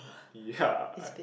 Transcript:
ya